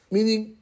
Meaning